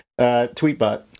Tweetbot